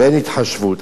ואין התחשבות.